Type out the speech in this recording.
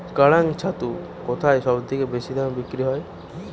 কাড়াং ছাতু কোথায় সবথেকে বেশি দামে বিক্রি হয়?